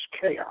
chaos